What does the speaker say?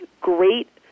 great